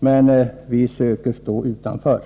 som vi söker stå utanför?